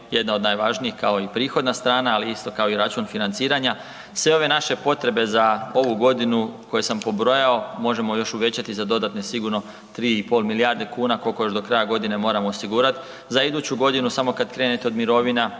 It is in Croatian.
jedna od najvažnijih kao i prihodna strana, ali isto kao i račun financiranja. Sve ove naše potrebe za ovu godinu koje sam pobrojao možemo još uvećati za dodatne sigurno 3,5 milijarde kuna koliko još do kraja godine moramo osigurat. Za iduću godinu samo kad krenete od mirovina,